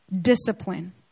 discipline